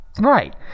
Right